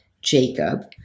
Jacob